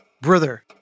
Brother